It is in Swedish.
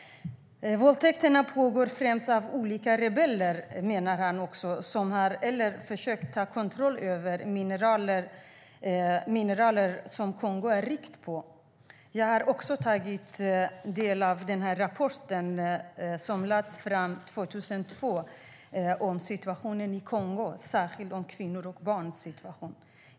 Våldtäkterna begås främst av olika rebellgrupper som har eller försöker ta kontrollen över de mineraler som Kongo är så rikt på. Jag har också tagit del av den FN-rapport som lades fram 2002 om situationen i Kongo - särskilt om kvinnornas och barnens situation.